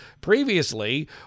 previously